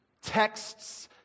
texts